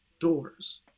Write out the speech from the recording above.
doors